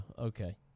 Okay